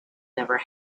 never